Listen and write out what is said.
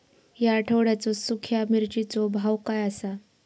या आठवड्याचो सुख्या मिर्चीचो भाव काय आसा?